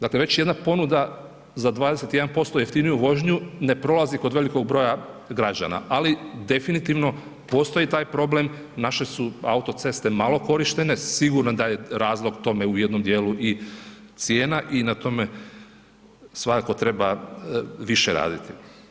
Dakle već jedna ponuda za 21% jeftiniju vožnju ne prolazi kod velikog broja građana, ali definitivno postoji taj problem, naše su autoceste malo korištene, sigurno da je razlog tome u jednom dijelu i cijena i na tome svakako treba više raditi.